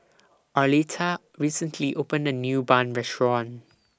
Arletta recently opened A New Bun Restaurant